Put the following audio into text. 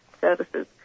services